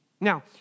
Now